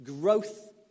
growth